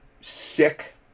sick